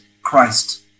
Christ